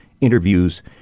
interviews